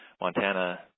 Montana